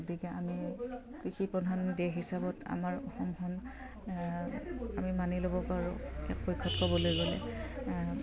গতিকে আমি কৃষি প্ৰধান দেশ হিচাপত আমাৰ অসমখন আমি মানি ল'ব পাৰোঁ একপক্ষত ক'বলৈ গ'লে